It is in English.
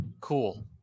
Cool